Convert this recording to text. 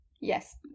Yes